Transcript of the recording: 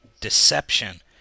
deception